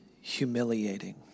humiliating